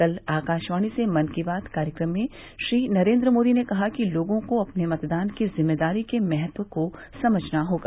कल आकाशवाणी से मन की बात कार्यक्रम में श्री नरेन्द्र मोदी ने कहा कि लोगों को अपने मतदान की जिम्मेदारी के महत्व को समझना होगा